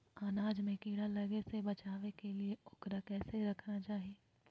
अनाज में कीड़ा लगे से बचावे के लिए, उकरा कैसे रखना चाही?